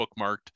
bookmarked